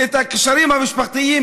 את הקשרים המשפחתיים,